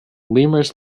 lemurs